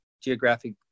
geographic